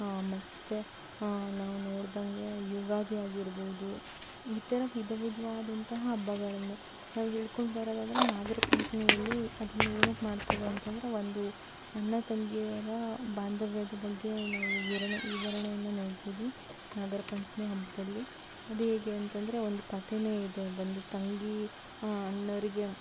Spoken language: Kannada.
ಮತ್ತು ನಾವು ನೋಡ್ದಂಗೆ ಯುಗಾದಿ ಆಗಿರ್ಬೋದು ಈ ಥರ ವಿಧ ವಿಧವಾದಂಥ ಹಬ್ಬಗಳನ್ನು ನಾವು ಹೇಳ್ಕೊಂಡು ಬರೋದಾದರೆ ನಾಗರ ಪಂಚಮಿಯಲ್ಲಿ ಅದನ್ನು ಏನಕ್ಕೆ ಮಾಡ್ತೇವೆ ಅಂತಂದರೆ ಒಂದು ಅಣ್ಣ ತಂಗಿಯರ ಬಾಂಧವ್ಯದ ಬಗ್ಗೆ ನಾವು ವಿರಣೆ ವಿವರಣೆಯನ್ನು ನೋಡ್ಬೋದು ನಾಗರ ಪಂಚಮಿ ಹಬ್ಬದಲ್ಲಿ ಅದು ಹೇಗೆ ಅಂತಂದರೆ ಒಂದು ಕಥೆನೆ ಇದೆ ಬಂದು ತಂಗಿ ಅಣ್ಣರಿಗೆ